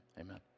amen